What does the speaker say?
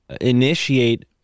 initiate